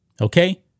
Okay